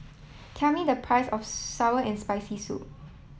tell me the price of sour and spicy soup